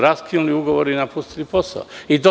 Raskinuli su ugovor i napustili posao.